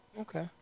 Okay